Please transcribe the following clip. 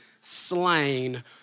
slain